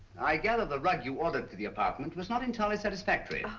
i gather the rug you ordered for the apartment was not entirely satisfactory? oh,